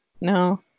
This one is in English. No